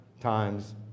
times